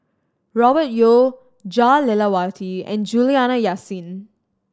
Robert Yeo Jah Lelawati and Juliana Yasin